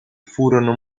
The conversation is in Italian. furono